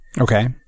Okay